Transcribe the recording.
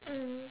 mm